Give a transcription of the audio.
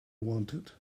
wanted